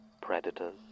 Predators